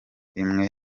imwe